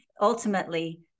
ultimately